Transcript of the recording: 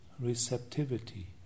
receptivity